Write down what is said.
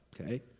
okay